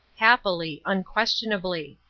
happily, unquestionably.